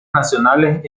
nacionales